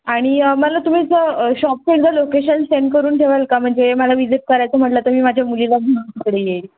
आणि मला तुम्ही जर शॉपचे जर लोकेशन सेंड करून ठेवाल का म्हणजे मला विजिट करायचं म्हटलं तर मी माझ्या मुलीला घेऊन तिकडे येईल